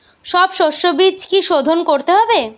সব শষ্যবীজ কি সোধন করতে হবে?